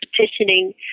petitioning